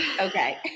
Okay